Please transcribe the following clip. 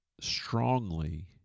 strongly